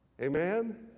Amen